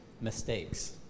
mistakes